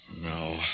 No